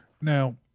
Now